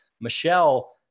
Michelle